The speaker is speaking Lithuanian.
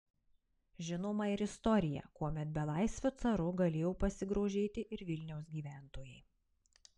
žinoma ir istorija kuomet belaisviu caru galėjo pasigrožėti ir vilniaus gyventojai